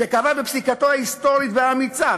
שקבע בפסיקתו ההיסטורית והאמיצה,